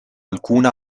alcuna